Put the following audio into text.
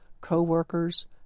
co-workers